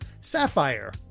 Sapphire